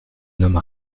nomme